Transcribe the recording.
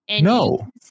No